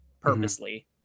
purposely